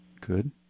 Good